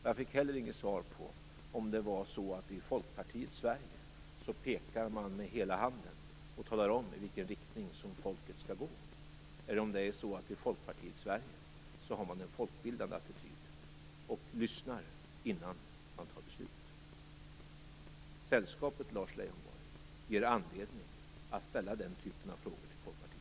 Jag fick inte heller svar på om man i Folkpartiets Sverige pekar med hela handen och talar om hur folket skall gå, eller om man i Folkpartiets Sverige har en folkbildande attityd och lyssnar innan beslut fattas. Sällskapet, Lars Leijonborg, ger anledning att ställa den typen av frågor till Folkpartiet.